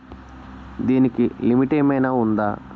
దీనికి లిమిట్ ఆమైనా ఉందా?